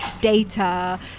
data